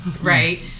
right